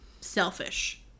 selfish